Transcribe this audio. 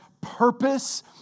purpose